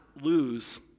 lose